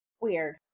Weird